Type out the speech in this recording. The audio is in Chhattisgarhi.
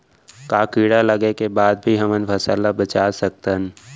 का कीड़ा लगे के बाद भी हमन फसल ल बचा सकथन?